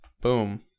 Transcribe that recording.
Boom